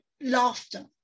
laughter